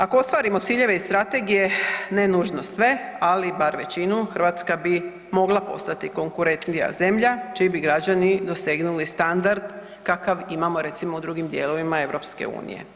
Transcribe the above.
Ako ostvarimo ciljeve iz strategije, ne nužno sve, ali bar većinu, Hrvatska bi mogla postati konkurentnija zemlja čiji bi građani dosegnuli standard kakav imamo recimo u drugim dijelovima EU.